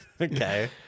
Okay